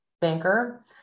banker